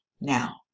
Now